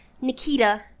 Nikita